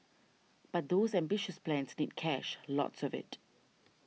but those ambitious plans need cash lots of it